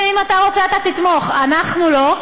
דב חנין, אם אתה רוצה אתה תתמוך, אנחנו לא.